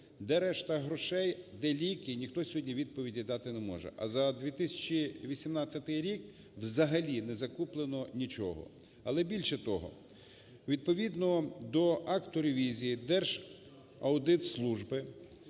Де решта грошей, де ліки, ніхто сьогодні відповіді дати не може, а за 2018 рік взагалі не закуплено нічого. Але, більше того, відповідно до акту ревізіїДержаудитслужби